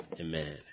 amen